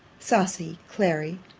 saucy clary!